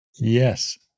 Yes